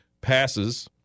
passes